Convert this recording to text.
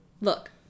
look